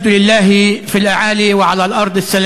(אומר בערבית: